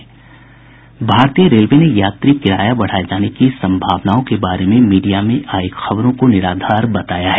भारतीय रेलवे ने यात्री किराया बढ़ाए जाने की सम्भावनाओं के बारे में मीडिया में आई खबरों को निराधार बताया है